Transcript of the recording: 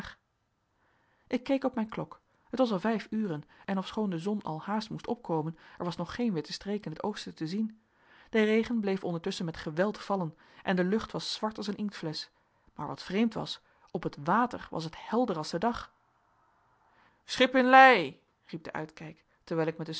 ik keek op mijn klok het was al vijf uren en ofschoon de zon al haast moest opkomen er was nog geen witte streek in het oosten te zien de regen bleef ondertusschen met geweld vallen en de lucht was zwart als een inktflesch maar wat vreemd was op het water was het helder als de dag schip in lij riep de uitkijk terwijl ik met den